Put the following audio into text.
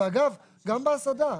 ואגב, גם בהסעדה.